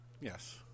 Yes